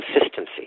consistency